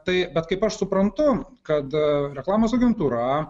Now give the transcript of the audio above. tai bet kaip aš suprantu kada reklamos agentūra